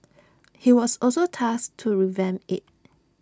he was also tasked to revamp IT